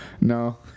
No